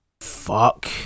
Fuck